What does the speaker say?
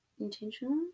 Intentionally